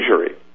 injury